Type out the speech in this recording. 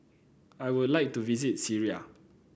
I would like to visit Syria